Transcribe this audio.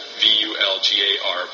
V-U-L-G-A-R